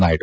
Naidu